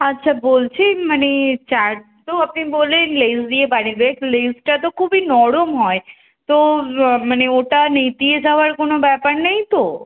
আচ্ছা বলছি মানে চাট তো আপনি বললেন লেস দিয়ে বানিয়ে দেবে কিন্তু লেসটা তো খুবই নরম হয় তো মানে ওটা নেতিয়ে যাওয়ার কোনো ব্যাপার নেই তো